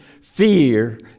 fear